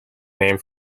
name